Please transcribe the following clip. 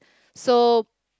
so